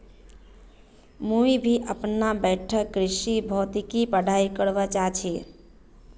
मुई भी अपना बैठक कृषि भौतिकी पढ़ाई करवा चा छी